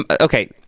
okay